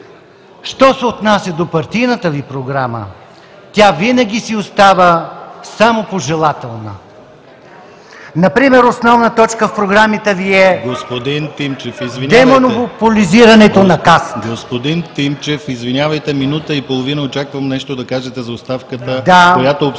Що се отнася до партийната Ви програма, тя винаги си остава само пожелателна. Например основна точка в програмата Ви е демонополизирането на Касата. ПРЕДСЕДАТЕЛ ДИМИТЪР ГЛАВЧЕВ: Господин Тимчев, извинявайте, минута и половина очаквам нещо да кажете за оставката, която обсъждаме.